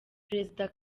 perezida